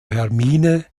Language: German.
hermine